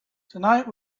tonight